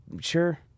sure